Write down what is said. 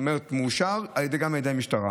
מאושר גם על ידי המשטרה.